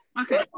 okay